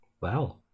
Wow